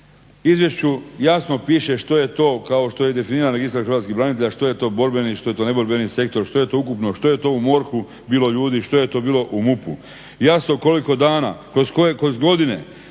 izvješću jasno piše što je to kao što je i definiran Registar hrvatskih branitelja, što je to borbeni, što je to neborbeni sektor, što je to ukupno, što je to u MORH-u bilo ljudi, što je to bilo u MUP-u, jasno koliko dana, kroz koje